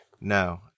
No